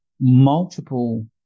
multiple